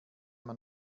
man